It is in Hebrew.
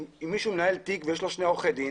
אם מישהו מנהל תיק ויש לו שני עורכי דין